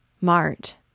Mart